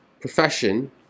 profession